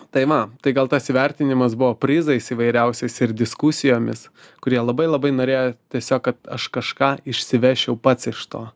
tai va tai gal tas įvertinimas buvo prizais įvairiausiais ir diskusijomis kurie labai labai norėjo tiesiog kad aš kažką išsivežčiau pats iš to